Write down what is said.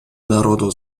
народу